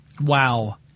Wow